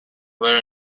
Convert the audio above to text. were